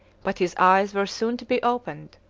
but his eyes were soon to be opened.